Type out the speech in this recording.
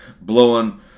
blowing